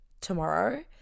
tomorrow